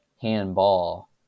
handball